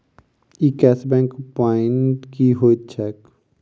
ई cash back point की होइत छैक?